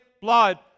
blood